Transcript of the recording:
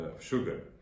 sugar